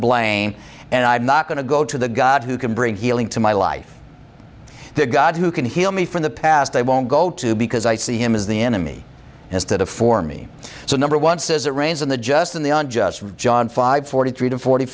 blame and i'm not going to go to the god who can bring healing to my life the god who can heal me from the past i won't go to because i see him as the enemy has to do for me so number one says it rains on the just and the unjust from john five forty three to forty